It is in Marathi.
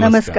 नमस्कार